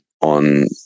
on